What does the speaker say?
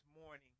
morning